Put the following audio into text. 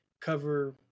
cover